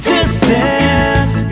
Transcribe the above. Distance